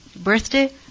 Birthday